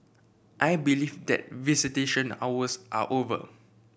I believe that visitation hours are over